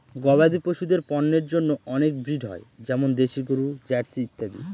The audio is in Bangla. গবাদি পশুদের পন্যের জন্য অনেক ব্রিড হয় যেমন দেশি গরু, জার্সি ইত্যাদি